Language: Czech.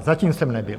Zatím jsem nebyl.